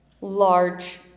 large